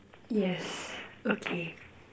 yes okay